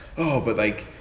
oh, but like,